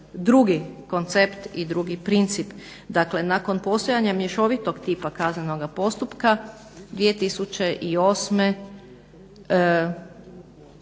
drugi koncept i drugi princip. Dakle, nakon postojanja mješovitog tipa kaznenog postupka 2008.